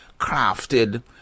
crafted